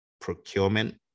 procurement